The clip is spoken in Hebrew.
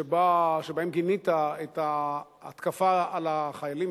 שבהם גינית את ההתקפה על החיילים,